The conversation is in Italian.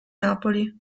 napoli